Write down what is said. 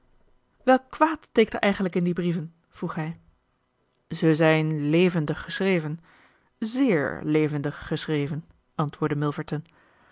welk kwaad steekt er eigenlijk in die brieven vroeg hij zij zijn levendig geschreven zeer levendig geschreven antwoordde milverton